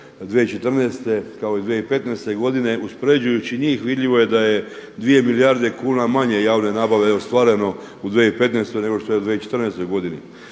2014. kao i iz 2015. godine. Uspoređujući njih vidljivo je da je 2 milijarde kuna manje javne nabave ostvareno u 2015. nego što je u 2014. godini.